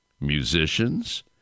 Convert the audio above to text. musicians